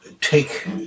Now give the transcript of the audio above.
take